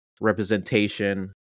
representation